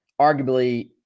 Arguably –